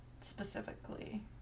specifically